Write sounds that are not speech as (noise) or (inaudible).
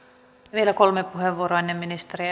vielä kolme puheenvuoroa ennen ministeriä (unintelligible)